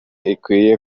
ikwiye